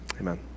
Amen